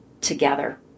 together